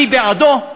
אני בעדו,